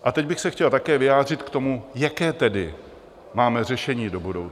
A teď bych se chtěl také vyjádřit k tomu, jaké tedy máme řešení do budoucna.